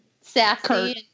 sassy